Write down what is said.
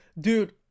dude